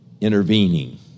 intervening